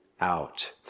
out